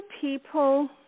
people